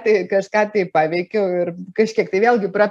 tai kažką tai paveikiau ir kažkiek tai vėlgi pra